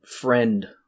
friend